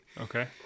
Okay